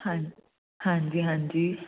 ਹਾਂਜੀ ਹਾਂਜੀ